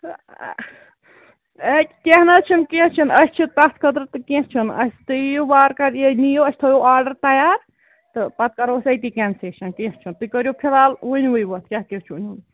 ہے کیٚنٛہہ نہَ حظ چھُ نہٕ کیٚنٛہہ چھُ نہٕ أسۍ چھِ تَتھ خٲطرٕ تہٕ کیٚنٛہہ چھُ نہٕ اَسہِ تُہۍ یِیو وارٕکار یہِ نِیو اَسہِ تھٲوو آرڈر تَیار تہٕ پَتہٕ کَرو أسۍ أتی کَنسیشَن کیٚنٛہہ چھُ نہٕ تُہۍ کٔرِو فِلحال ؤنۍوٕے یوت کیٛاہ کیٛاہ چھُو نِیُن